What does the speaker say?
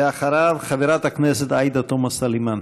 ואחריו, חברת הכנסת עאידה תומא סלימאן.